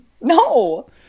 No